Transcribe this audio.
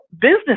business